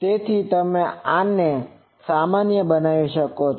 તેથી તમે આને સામાન્ય બનાવી શકો છો